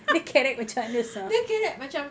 dia kerek macam